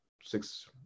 six